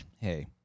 hey